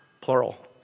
plural